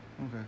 Okay